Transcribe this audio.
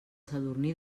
sadurní